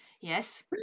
Yes